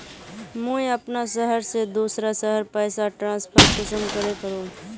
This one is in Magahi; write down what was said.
मुई अपना शहर से दूसरा शहर पैसा ट्रांसफर कुंसम करे करूम?